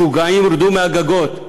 משוגעים, רדו מהגגות.